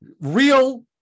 real